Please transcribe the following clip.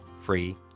free